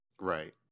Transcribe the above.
Right